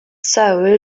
soul